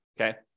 okay